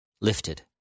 lifted